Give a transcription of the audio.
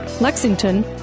Lexington